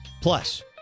plus